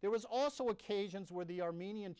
there was also occasions where the armenian